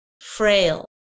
frail